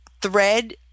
thread